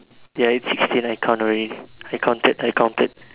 ya it's sixteen I count already I counted I counted